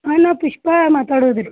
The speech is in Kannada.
ಹಾಂ ನಾವು ಪುಷ್ಪ ಮಾತಾಡುದು ರೀ